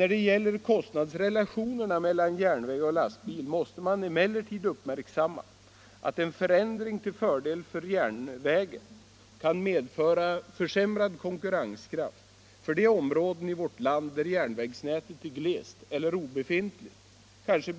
När det gäller kostnadsrelationerna mellan järnväg och lastbil måste man emellertid uppmärksamma att en förändring till fördel för järnvägen kan medföra försämrad konkurrenskraft för de områden i vårt land där järnvägsnätet är glest eller obefintligt — kanske på